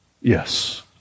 Yes